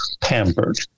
pampered